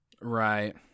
Right